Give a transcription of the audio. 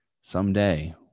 someday